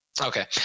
Okay